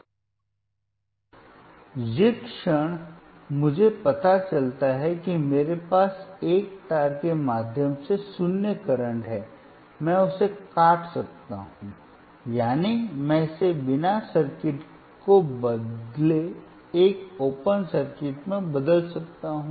अब जिस क्षण मुझे पता चलता है कि मेरे पास एक तार के माध्यम से 0 करंट है मैं उसे काट सकता हूं यानी मैं इसे बिना सर्किट को बदले एक ओपन सर्किट में बदल सकता हूं